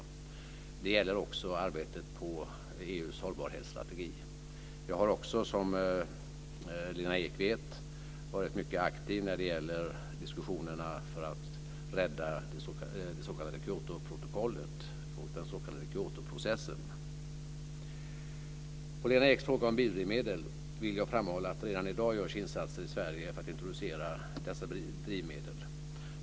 Det gäller också arbetet med EU:s hållbarhetsstrategi. Som Lena Ek vet har jag också varit mycket aktiv när det gäller diskussionerna för att rädda det s.k. Kyotoprotokollet och den s.k. Kyotoprocessen. Som svar på Lena Eks fråga om biodrivmedel vill jag framhålla att redan i dag görs insatser i Sverige för att introducera dessa drivmedel.